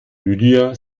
lydia